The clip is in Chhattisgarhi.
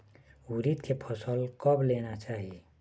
उरीद के फसल कब लेना चाही?